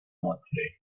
nordsee